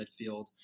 midfield